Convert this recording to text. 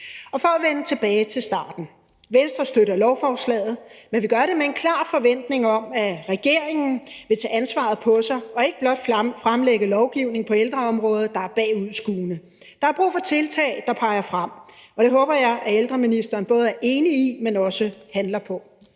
For at vende tilbage til starten: Venstre støtter lovforslaget, men vi gør det med en klar forventning om, at regeringen vil tage ansvaret på sig og ikke blot fremlægge lovgivning på ældreområdet, der er bagudskuende. Der er brug for tiltag, der peger frem, og det håber jeg at ældreministeren både er enig i, men også handler på.